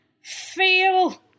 feel